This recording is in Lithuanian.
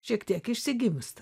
šiek tiek išsigimsta